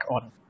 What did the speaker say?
on